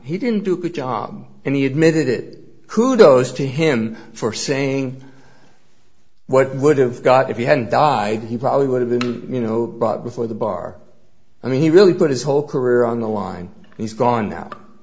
he didn't do a good job and he admitted it could those to him for saying what would have got if you hadn't died he probably would have been you know brought before the bar i mean he really put his whole career on the line he's gone